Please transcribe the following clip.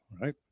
right